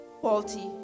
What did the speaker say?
faulty